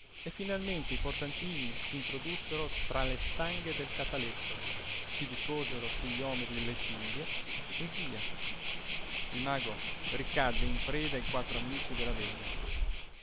e finalmente i portantini s'introdussero tra le stanghe del cataletto si disposero su gli omeri le cinghie e via il mago ricadde in preda ai quattro amici della veglia